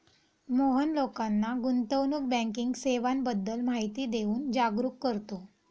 मोहन लोकांना गुंतवणूक बँकिंग सेवांबद्दल माहिती देऊन जागरुक करतो